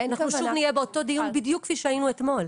אנחנו פשוט נהיה באותו דיון בדיוק כפי שהיינו אתמול.